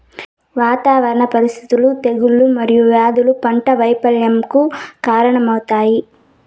వాతావరణ పరిస్థితులు, తెగుళ్ళు మరియు వ్యాధులు పంట వైపల్యంకు కారణాలవుతాయి